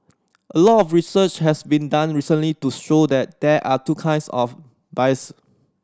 a lot of research has been done recently to show that there are two kinds of bias